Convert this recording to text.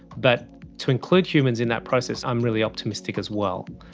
but to include humans in that process, i'm really optimistic as well.